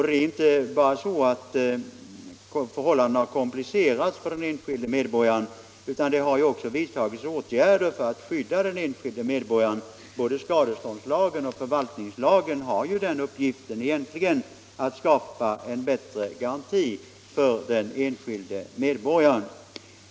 Det är inte bara så att förhållandena har komplicerats för den enskilde medborgaren, utan det har också vidtagits åtgärder för att skydda den enskilde. Både skadeståndslagen och förvaltningslägen har ju egentligen uppgiften att skapa bättre garanti för den enskilde medborgaren.